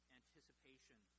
anticipation